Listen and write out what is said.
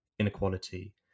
inequality